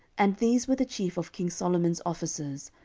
and these were the chief of king solomon's officers,